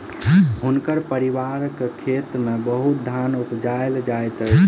हुनकर पारिवारिक खेत में बहुत धान उपजायल जाइत अछि